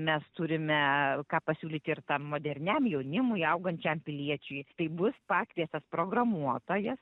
mes turime ką pasiūlyti ir tam moderniam jaunimui augančiam piliečiui tai bus pakviestas programuotojas